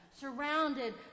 surrounded